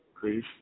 Please